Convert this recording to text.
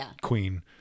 queen